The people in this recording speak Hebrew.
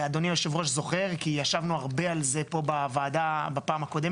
ואדוני יושב הראש זוכר כי ישבנו על זה רבה פה בוועדה בפעם הקודמת.